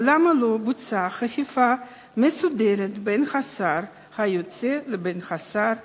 ולמה לא בוצעה חפיפה מסודרת בין השר היוצא לבין השר הנכנס?